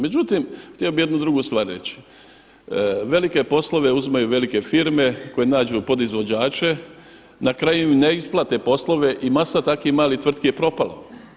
Međutim, htio bih jednu drugu stvar reći, velike poslove uzimaju velike firme koje nađu podizvođače, na kraju im ne isplate poslove i masa takvih malih tvrtki je propalo.